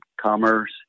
Commerce